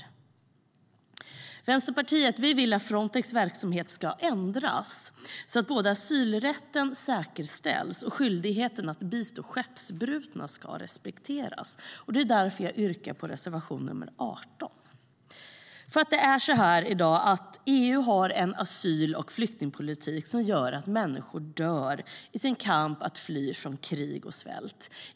Vänsterpartiet vill att Frontex verksamhet ska ändras så att asylrätten säkerställs och skyldigheten att bistå skeppsbrutna respekteras, och det är därför jag yrkar bifall till reservation nr 18. Det är nämligen så att EU i dag har en asyl och flyktingpolitik som gör att människor dör i sin kamp att fly från krig och svält.